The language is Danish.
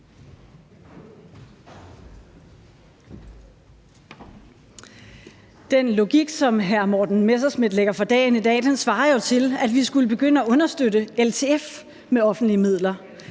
Den logik, som hr. Morten Messerschmidt lægger for dagen, svarer jo til, at vi skulle begynde at understøtte LTF med offentlige midler.